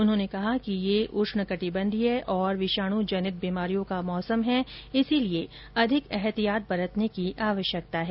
उन्होंने कहा कि यह ऊष्ण कटिबंधीय और विषाणु जनित बीमारियों का मौसम है इसलिए अधिक ऐहतियात बरतने की आवश्यकता है